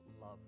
love